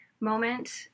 moment